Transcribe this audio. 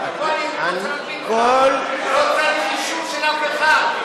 לא צריך אישור של אף אחד.